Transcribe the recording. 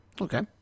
Okay